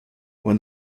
when